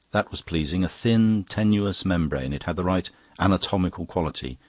that was pleasing a thin, tenuous membrane. it had the right anatomical quality.